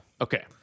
Okay